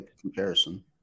comparison